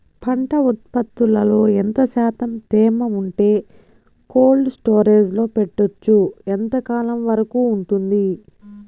పంట ఉత్పత్తులలో ఎంత శాతం తేమ ఉంటే కోల్డ్ స్టోరేజ్ లో పెట్టొచ్చు? ఎంతకాలం వరకు ఉంటుంది